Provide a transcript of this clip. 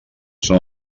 són